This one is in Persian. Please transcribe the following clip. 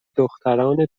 دختران